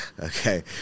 Okay